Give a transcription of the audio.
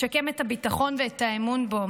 משקם את הביטחון ואת האמון בו,